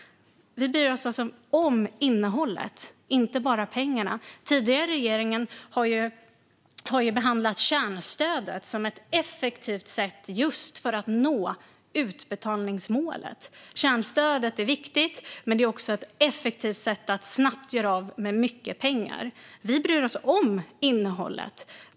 Vi bryr oss alltså om innehållet, inte bara pengarna. Den tidigare regeringen har behandlat kärnstödet som ett effektivt sätt att just nå utbetalningsmålet. Kärnstödet är viktigt, men det är också ett effektivt sätt att snabbt göra av med mycket pengar. Vi bryr oss om innehållet.